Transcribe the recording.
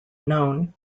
known